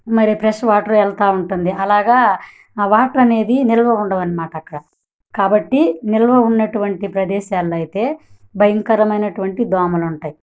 మరి fresh water వెళుతూ ఉంటుంది అలాగా వాటర్ అనేది నిలవ ఉండవు అన్నమాట అక్కడ కాబట్టి నిలవ ఉన్నటువంటి ప్రదేశాల్లో అయితే భయంకరమైనటువంటి దోమలు ఉంటాయి